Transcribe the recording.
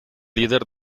líder